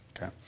Okay